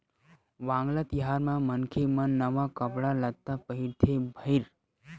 वांगला तिहार म मनखे मन नवा कपड़ा लत्ता पहिरथे भईर